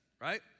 right